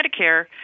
Medicare